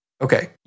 Okay